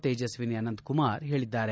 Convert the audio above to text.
ತೇಜಸ್ವಿನಿ ಅನಂತಕುಮಾರ್ ಹೇಳಿದ್ದಾರೆ